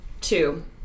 two